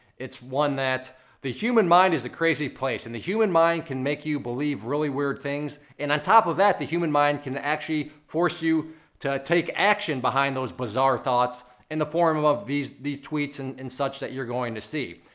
it's one that the human mind is a crazy place, and the human mind can make you believe really weird things. and on top of that, the human mind can actually force you to take action behind those bizarre thoughts in the form of these these tweets and such that you're going to see.